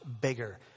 bigger